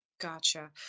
Gotcha